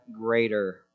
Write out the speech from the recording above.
greater